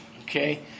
Okay